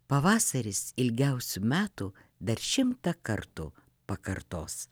pavasaris ilgiausių metų dar šimtą kartų pakartos